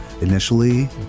initially